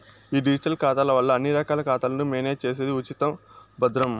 ఈ డిజిటల్ ఖాతాల వల్ల అన్ని రకాల ఖాతాలను మేనేజ్ చేసేది ఉచితం, భద్రం